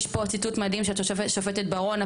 יש פה ציטוט מדהים של השופטת ברון,